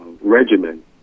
regimen